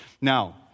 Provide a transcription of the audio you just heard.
Now